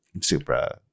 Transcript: supra